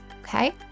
okay